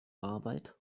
arbeit